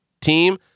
team